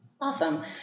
Awesome